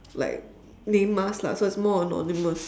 like name us lah so it's more anonymous